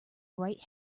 right